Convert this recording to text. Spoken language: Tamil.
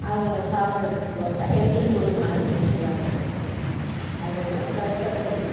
அவங்கள சாப்பாடு போட்டால் எங்களுக்கு ஒரு மனத்திருப்தியாக வருதுங்க அதனால வருஷத்துக்கு